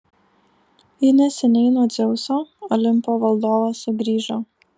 ji neseniai nuo dzeuso olimpo valdovo sugrįžo